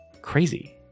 crazy